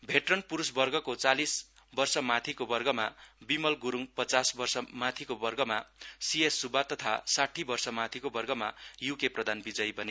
भेट्रन पुरुषको चालीस वर्ष माथिको वर्गमा विमल गुरुङ पञ्चास वर्ष माथिको वर्गमा सी एस सुब्बा तथा साठ्री वर्ष माथिको वर्गमा यू के प्रधान विजयी बने